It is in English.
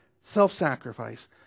self-sacrifice